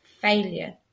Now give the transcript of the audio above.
failure